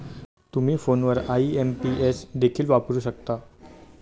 तुम्ही फोनवर आई.एम.पी.एस देखील वापरू शकता